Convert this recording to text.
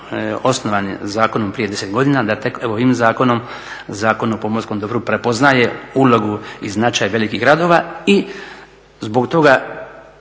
osnovani zakonom prije 10 godina, da je tek ovim zakonom, Zakon o pomorskom dobru prepoznaje ulogu i značaj velikih gradova i zbog toga